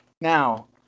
Now